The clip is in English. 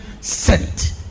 sent